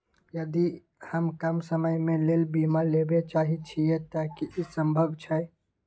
यदि हम कम समय के लेल बीमा लेबे चाहे छिये त की इ संभव छै?